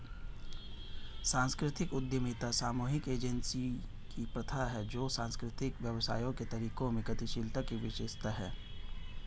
सांस्कृतिक उद्यमिता सामूहिक एजेंसी की प्रथा है जो सांस्कृतिक व्यवसायों के तरीकों में गतिशीलता की विशेषता है